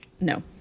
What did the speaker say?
no